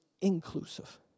inclusive